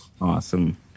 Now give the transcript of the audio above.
awesome